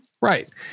right